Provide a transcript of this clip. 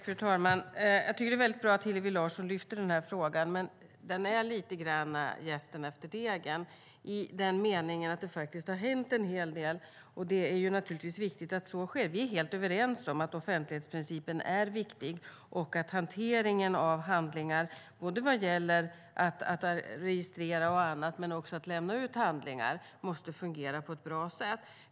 Fru talman! Jag tycker att det är bra att Hillevi Larsson lyfter fram denna fråga, men den är lite grann jästen efter degen i den meningen att det faktiskt har hänt en hel del, och det är naturligtvis viktigt att så sker. Vi är helt överens om att offentlighetsprincipen är viktig och att hanteringen av handlingar, både vad gäller att registrera och så vidare och att lämna ut handlingar, måste fungera på ett bra sätt.